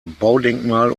baudenkmal